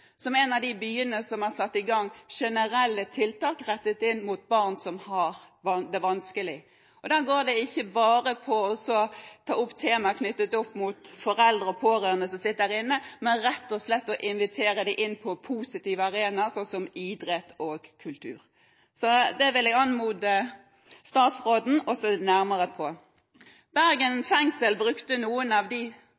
som en av de byene som har satt i gang generelle tiltak rettet inn mot barn som har det vanskelig. Da går det ikke bare på å ta opp temaer knyttet til foreldre og pårørende som sitter inne, men rett og slett å invitere dem inn på positive arenaer, slik som idrett og kultur. Så det vil jeg anmode statsråden om å se nærmere på. Bergen